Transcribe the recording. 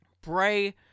Bray